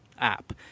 app